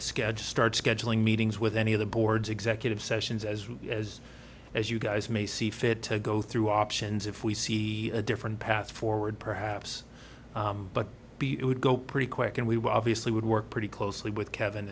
schedule start scheduling meetings with any of the boards executive sessions as well as as you guys may see fit to go through options if we see a different path forward perhaps but it would go pretty quick and we were obviously would work pretty closely with kevin